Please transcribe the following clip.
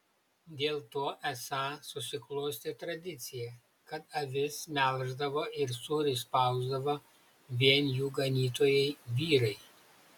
dėl to esą susiklostė tradicija kad avis melždavo ir sūrį spausdavo vien jų ganytojai vyrai